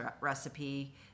recipe